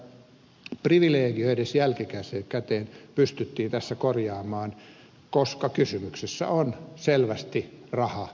hyvä että tämä privilegio edes jälkikäteen pystyttiin tässä korjaamaan koska kysymyksessä on selvästi raha niin kuin ed